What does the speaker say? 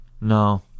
No